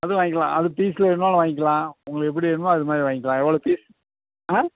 அதுவும் வாங்கிக்கலாம் அது பீஸ்ஸில் வேணாலும் வாங்கிக்கலாம் உங்களுக்கு எப்படி வேணுமோ அது மாதிரி வாங்கிக்கலாம் எவ்வளோ பீஸ் ஆ